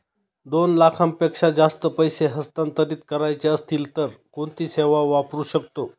दोन लाखांपेक्षा जास्त पैसे हस्तांतरित करायचे असतील तर कोणती सेवा वापरू शकतो?